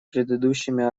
предыдущими